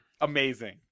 Amazing